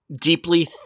deeply